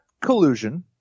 collusion